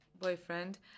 boyfriend